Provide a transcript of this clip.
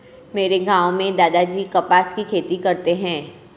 मेरे गांव में दादाजी कपास की खेती करते हैं